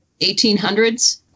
1800s